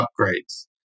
upgrades